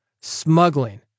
smuggling